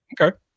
Okay